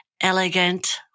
elegant